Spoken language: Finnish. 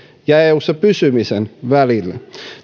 ja eussa pysymisen välillä